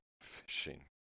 fishing